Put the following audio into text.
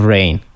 Rain